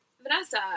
Vanessa